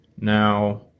Now